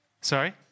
Sorry